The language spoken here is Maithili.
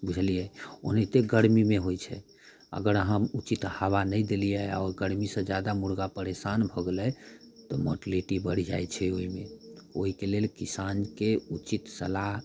बुझलियै ओनाहिते गरमीमे होइ छै अगर अहाँ उचित हवा नहि देलियै हँ आओर ओ गरमीसँ जादा मुर्गा परेशान भऽ गेलै तऽ मोर्टलिटी बढ़ि जाइ छै ओइमे ओइके लेल किसानके उचित सलाह